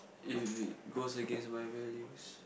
if it goes against my values